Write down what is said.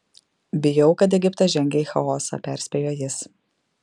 bijau kad egiptas žengia į chaosą perspėjo jis